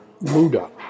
Muda